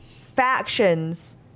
factions